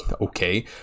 okay